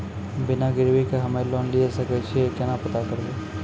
बिना गिरवी के हम्मय लोन लिये सके छियै केना पता करबै?